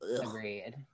Agreed